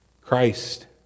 Christ